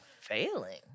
failing